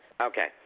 Okay